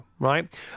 Right